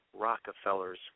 Rockefellers